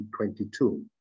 2022